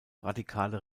radikale